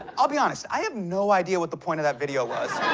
i'll be honest, i have no idea what the point of that video was.